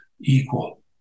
equal